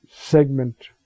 segment